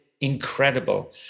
incredible